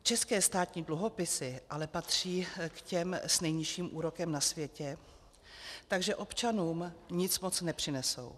České státní dluhopisy ale patří k těm s nejnižším úrokem na světě, takže občanům nic moc nepřinesou.